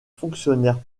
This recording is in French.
fonctionnaire